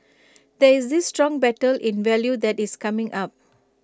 there is this strong battle in value that is coming up